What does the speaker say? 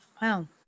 Wow